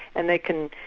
and they can